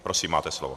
Prosím, máte slovo.